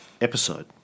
episode